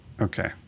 Okay